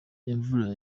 imvura